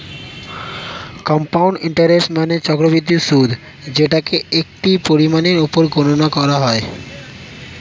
compound interest মানে চক্রবৃদ্ধি সুদ যেটাকে একটি পরিমাণের উপর গণনা করা হয়